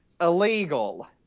illegal